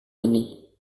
ini